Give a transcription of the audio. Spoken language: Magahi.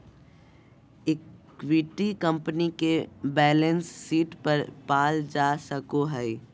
इक्विटी कंपनी के बैलेंस शीट पर पाल जा सको हइ